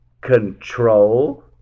control